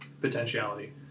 potentiality